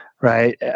right